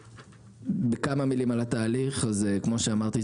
כמה מילים על התהליך: כמו שאמרתי,